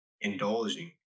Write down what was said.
indulging